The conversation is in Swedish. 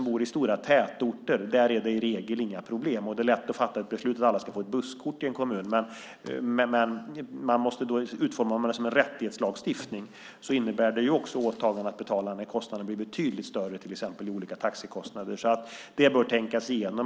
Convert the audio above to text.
I stora tätorter är det i regel inga problem. Där är det lätt att fatta ett beslut om att alla elever ska få busskort. Men om man utformar det som en rättighetslagstiftning innebär det också ett åtagande att betala när kostnaden blir betydligt större, till exempel för olika taxikostnader. Detta bör alltså tänkas igenom.